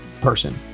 person